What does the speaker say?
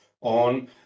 on